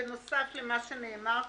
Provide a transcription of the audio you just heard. בנוסף למה שנאמר כאן,